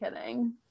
kidding